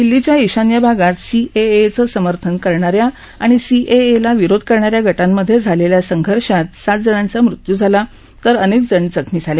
दिल्लीच्या ईशान्य भागात सीएएचे समर्थन करणा या आणि सीएएला विरोध करणा या गटांमधे झालेल्या संघर्षात सातजणांचा मृत्यू झाला तर अनेकजण जखमी झाले